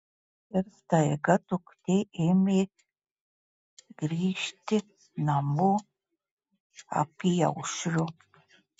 ir staiga duktė ėmė grįžti namo apyaušriu